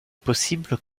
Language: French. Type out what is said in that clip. possible